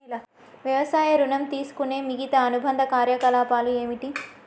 వ్యవసాయ ఋణం తీసుకునే మిగితా అనుబంధ కార్యకలాపాలు ఏమిటి?